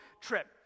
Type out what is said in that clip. trip